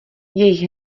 jejich